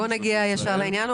בוא נגיע ישר לעניין.